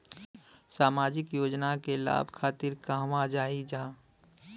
सामाजिक योजना के लाभ खातिर कहवा जाई जा?